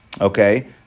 Okay